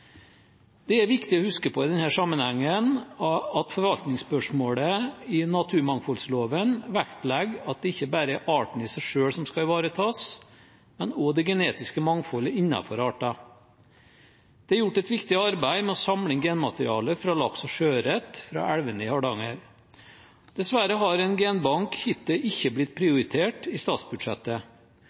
Det er viktig å huske på i denne sammenhengen at forvaltningsspørsmålet i naturmangfoldloven vektlegger at det ikke bare er arten i seg selv som skal ivaretas, men også det genetiske mangfoldet innenfor arten. Det er gjort et viktig arbeid med å samle inn genmateriale fra laks og sjøørret fra elvene i Hardanger. Dessverre har en genbank hittil ikke blitt prioritert i statsbudsjettet.